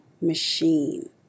machine